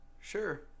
Sure